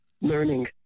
learning